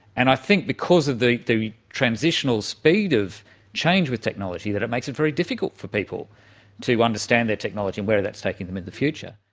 and i think because of the the transitional speed of change with technology that makes it very difficult for people to understand their technology and where that's taking them in the future.